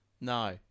No